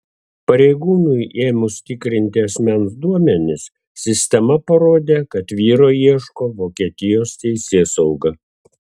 pareigūnui ėmus tikrinti asmens duomenis sistema parodė kad vyro ieško vokietijos teisėsauga